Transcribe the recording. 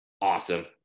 Awesome